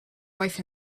wife